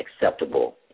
acceptable